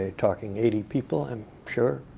talking eighty people, i'm sure,